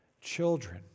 children